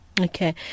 Okay